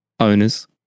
owners